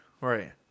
right